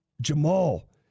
Jamal